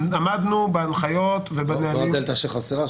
עמדתם בהנחיות --- זוהי הדלתא שחסרה,